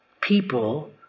people